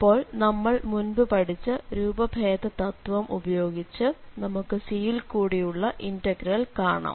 അപ്പോൾ നമ്മൾ മുൻപ് പഠിച്ച രൂപഭേദതത്ത്വം ഉപയോഗിച്ച് നമുക്ക് C യിൽ കൂടിയുള്ള ഇന്റഗ്രൽ കാണാം